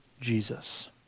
Jesus